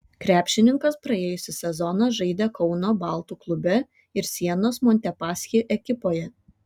krepšininkas praėjusį sezoną žaidė kauno baltų klube ir sienos montepaschi ekipoje